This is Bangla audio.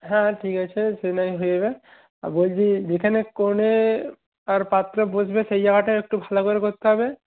হ্যাঁ ঠিক আছে সে নয় হয়ে যাবে বলছি যেখানে কনে আর পাত্র বসবে সেই জায়গাটা একটু ভালো করে করতে হবে